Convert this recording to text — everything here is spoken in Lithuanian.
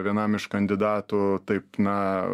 vienam iš kandidatų taip na